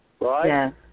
Right